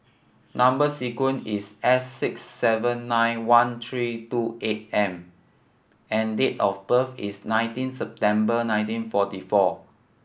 number sequence is S six seven nine one three two eight M and date of birth is nineteen September nineteen forty four